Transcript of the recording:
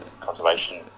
conservation